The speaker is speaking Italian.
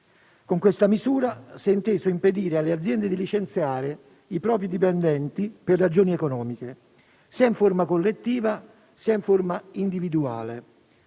Con questa misura si è inteso impedire alle aziende di licenziare i propri dipendenti per ragioni economiche, sia in forma collettiva, sia in forma individuale.